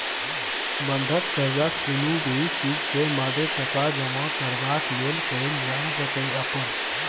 बंधक कर्जा कुनु भी चीज के मादे टका जमा करबाक लेल कईल जाइ सकेए अपन